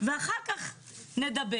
ואחר כך נדבר.